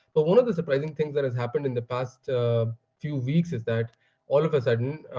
but one of the surprising things that has happened in the past few weeks is that all of a sudden,